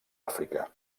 àfrica